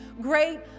great